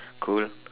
cool